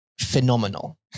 Phenomenal